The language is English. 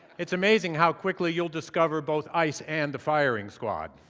it's amazing how quickly you'll discover both ice and the firing squad.